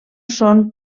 són